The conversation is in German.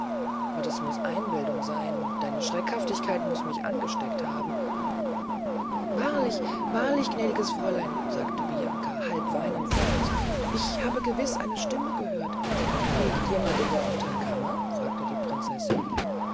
aber es muß einbildung seyn deine schreckhaftigkeit wird mich angesteckt haben warlich warlich gnädiges fräulein sagte bianca halbweinend vor angst ich habe gewiß eine stimme gehört liegt jemand in der untern kammer fragte die prinzessin